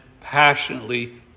passionately